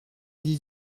dix